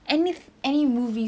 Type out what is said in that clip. any any movies